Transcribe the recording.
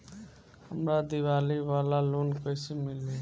हमरा दीवाली वाला लोन कईसे मिली?